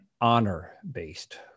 honor-based